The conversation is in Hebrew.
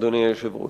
אדוני היושב-ראש.